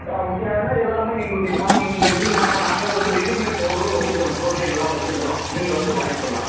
முடியாதுன்னா எல்லாமே எங்களுடைய பார்மஸியில் இருக்குது நேராக நாங்களே வந்து ரெடிமேட் பவுடரும் வெச்சிருக்குறோம் ப்ரோட்டீன்லாம் வெச்சிருக்குறோம் நீங்கள் வந்து வாங்கிக்கலாம்